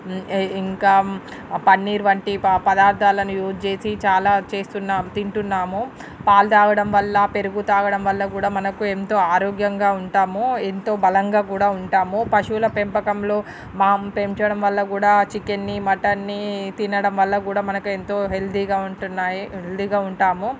ఇంకా పన్నీర్ వంటి పదార్థాలను యూస్ చేసి చాలా చేస్తున్నాం తింటున్నాము పాలు తాగడం వల్ల పెరుగుతాగడం వల్ల కూడా మనకు ఎంతో ఆరోగ్యంగా ఉంటాము ఎంతో బలంగా కూడా ఉంటాము పశువుల పెంపకంలో మా పెంచడం వల్ల కూడా చికెన్ని మటన్ని తినడం వల్ల కూడా మనకు ఎంతో హెల్తీగా ఉంటున్నాయి హెల్తీగా ఉంటాము